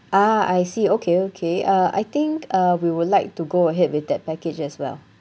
ah I see okay okay uh I think uh we would like to go ahead with that package as well